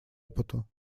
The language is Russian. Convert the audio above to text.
опыту